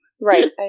Right